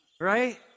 right